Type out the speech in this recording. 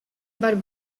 about